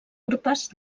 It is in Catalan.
urpes